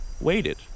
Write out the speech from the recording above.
waited